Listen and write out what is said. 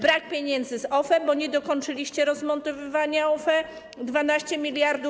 Brak pieniędzy z OFE, bo nie dokończyliście rozmontowywania OFE - 12 mld.